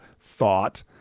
thought